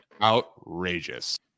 Outrageous